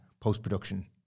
post-production